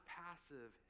passive